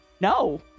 No